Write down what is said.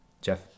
Jeff